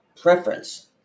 preference